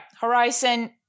Horizon